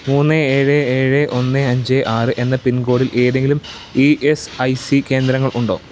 മൂന്ന് ഏഴ് ഏഴ് ഒന്ന് അഞ്ച് ആറ് എന്ന പിൻകോഡിൽ ഏതെങ്കിലും ഇ എസ് ഐ സി കേന്ദ്രങ്ങൾ ഉണ്ടോ